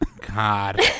God